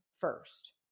first